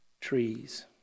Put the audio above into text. trees